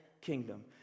kingdom